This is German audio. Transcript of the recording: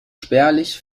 spärlich